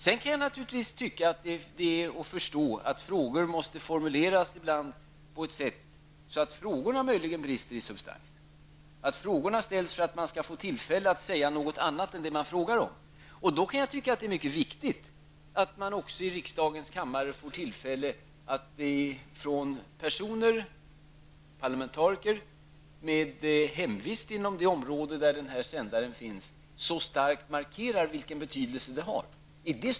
Sedan kan jag naturligtvis tycka, och även har förståelse för, att frågor ibland måste formuleras på ett sådant sätt att frågorna kan brista i substans. Det kan ju hända att frågor ställs, för att man skall få tillfälle att uttala sig om något annat än om det som man frågar om. Då kan jag tycka att det är mycket viktigt att personer, parlamentariker, med hemvist inom det område där den aktuella sändaren finns, får tillfälle att här i riksdagens kammare markera betydelsen av verksamheten.